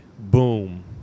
boom